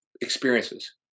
experiences